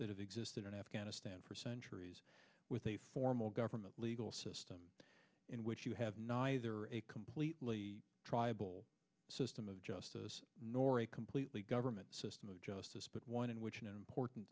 that have existed in afghanistan for centuries with a formal government legal system in which you have neither a completely tribal system of justice nor a completely government system of justice but one in which an important